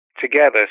together